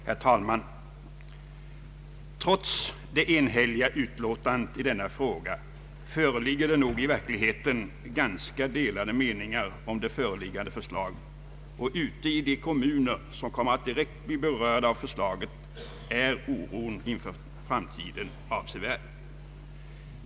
Herr talman! Trots det enhälliga utlåtandet i denna fråga föreligger det nog i verkligheten ganska delade meningar om det föreliggande förslaget, och ute i de kommuner som kommer att direkt bli berörda av förslaget är oron inför framtiden avsevärd.